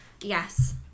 Yes